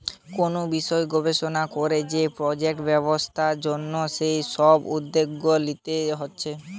কুনু বিষয় গবেষণা কোরে যদি প্রজেক্ট ব্যবসার জন্যে যে সব উদ্যোগ লিতে হচ্ছে